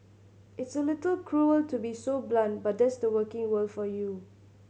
it's a little cruel to be so blunt but that's the working world for you